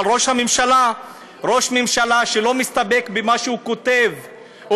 ראש הממשלה לא מסתפק במה שהוא כותב,